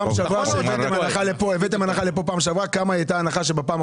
בפעם שעברה כשהבאתם הנחה לפה כמה הייתה ההנחה הזאת?